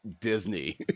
disney